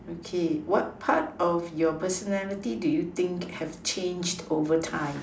okay what part of your personality do you think has changed over time